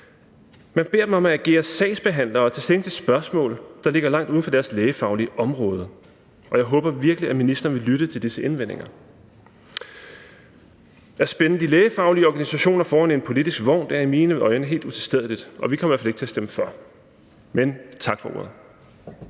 Man beder dem om at agere sagsbehandlere og tage stilling til spørgsmål, der ligger langt uden for deres lægefaglige område. Jeg håber virkelig, at ministeren vil lytte til disse indvendinger. At spænde de lægefaglige organisationer foran en politisk vogn er i mine øjne helt utilstedeligt, og vi kommer i hvert fald ikke til at stemme for. Men tak for ordet.